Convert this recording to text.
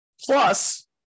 Plus